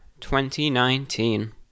2019